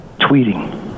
tweeting